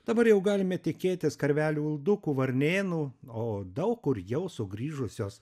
dabar jau galime tikėtis karvelių uldukų varnėnų o daug kur jau sugrįžusios